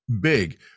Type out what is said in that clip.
big